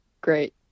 great